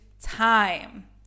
time